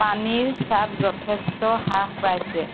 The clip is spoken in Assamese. পানীৰ চাপ যথেষ্ট হ্ৰাস পাইছে